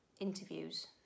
interviews